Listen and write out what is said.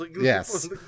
Yes